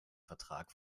vertrag